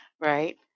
right